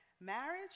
marriage